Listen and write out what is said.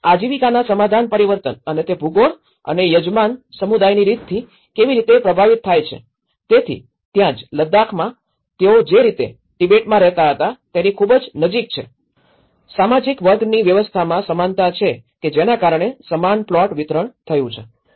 એક આજીવિકાના સમાધાનમાં પરિવર્તન અને તે ભૂગોળ અને યજમાન સમુદાયની રીતથી કેવી રીતે પ્રભાવિત થાય છે તેથી ત્યાં જ લદ્દાખમાં તેઓ જે રીતે તિબેટમાં રહેતા હતા તેની ખૂબ જ નજીક છે સામાજિક વર્ગની વ્યવસ્થામાં સમાનતા છે કે જેના કારણે સમાન પ્લોટ વિતરણ થયું છે